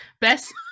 best